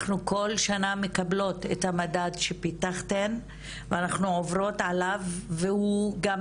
אני כל שנה מקבלות את המדד שפיתחתן ואנחנו עוברות עליו והוא גם